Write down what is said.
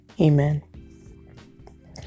Amen